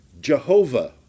Jehovah